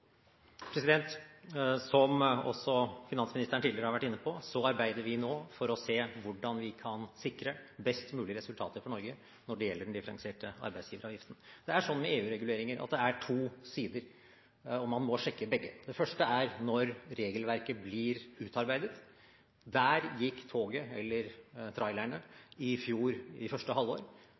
Som også finansministeren tidligere har vært inne på, arbeider vi nå for å se hvordan vi kan sikre best mulige resultater for Norge når det gjelder den differensierte arbeidsgiveravgiften. Når det gjelder EU-reguleringer, er det to sider, og man må sjekke begge. Den første siden er når regelverket blir utarbeidet. Der gikk toget – eller trailerne – i fjor, i første halvår.